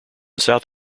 south